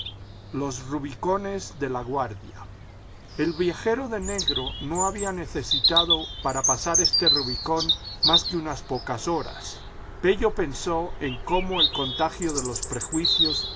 los rubicones de laguardia el viajero de negro no había necesitado para pasar este rubicón más que unas pocas horas pello pensó en cómo el contagio de los prejuicios